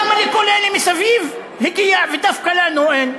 למה לכל אלה מסביב הגיע ודווקא לנו אין.